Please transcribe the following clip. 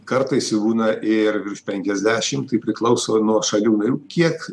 kartais jų būna ir virš penkiasdešim tai priklauso nuo šalių narių kiek